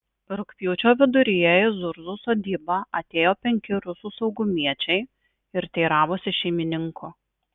rugpjūčio viduryje į zurzų sodybą atėjo penki rusų saugumiečiai ir teiravosi šeimininko